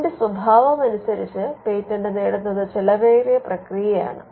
അതിന്റെ സ്വഭാവമനുസരിച്ച് പേറ്റന്റ് നേടുന്നത് ചെലവേറിയ പ്രക്രിയയാണ്